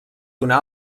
donà